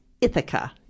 Ithaca